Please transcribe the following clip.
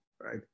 right